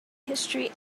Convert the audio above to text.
history